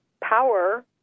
power